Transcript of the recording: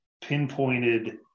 pinpointed